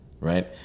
right